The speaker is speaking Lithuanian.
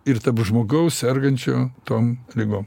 ir tarp žmogaus sergančio tom ligom